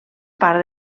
part